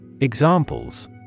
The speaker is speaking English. Examples